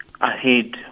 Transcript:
ahead